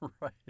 Right